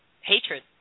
hatred